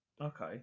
Okay